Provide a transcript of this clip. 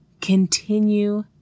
Continue